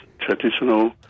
traditional